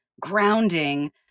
grounding